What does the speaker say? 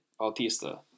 Altista